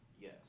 Yes